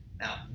now